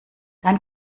dann